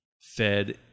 fed